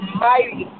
mighty